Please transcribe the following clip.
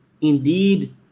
Indeed